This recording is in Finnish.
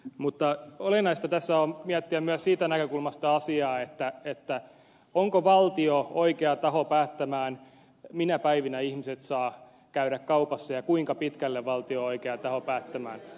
mutta olennaista tässä on miettiä myös siitä näkökulmasta asiaa onko valtio oikea taho päättämään minä päivinä ihmiset saavat käydä kaupassa ja kuinka pitkälle valtio on oikea taho päättämään